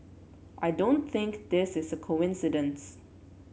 I don't think this is a coincidence